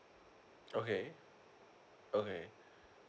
okay okay